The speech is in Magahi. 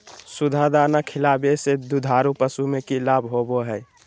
सुधा दाना खिलावे से दुधारू पशु में कि लाभ होबो हय?